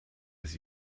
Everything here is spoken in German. des